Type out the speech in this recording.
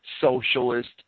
socialist